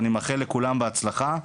אני מאחל לכולם בהצלחה.